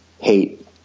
hate